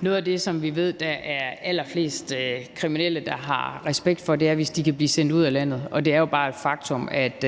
Noget af det, som vi ved der er allerflest kriminelle, der har respekt for, er, hvis de kan blive sendt ud af landet. Det er jo bare et faktum, at